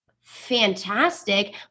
fantastic